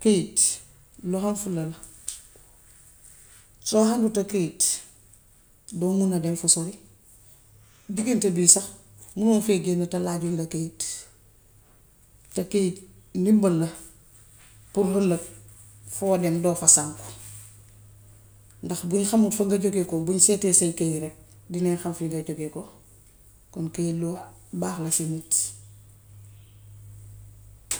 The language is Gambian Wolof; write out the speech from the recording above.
Këyit, lu ham fulla la. Soo hamuta këyit, doo mun a dem fu sore. Diggante bii sax mënoo fee génn te laajuñu la këyit, te këyit ndimbal la pour ëllëg foo dem doo fa sànku ndax bu ñu xamut fa nga jugeekoo buñ seetee say këyit rekk dinañ xam fi nga jugeekoo. Kon këyit lu baax la si nit.